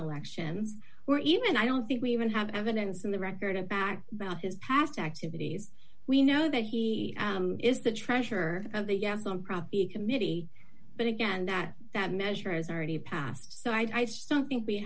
elections or even i don't think we even have evidence in the record a back about his past activities we know that he is the treasurer of the yes on prop the committee but again that that measure is already passed so i still think we